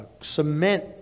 cement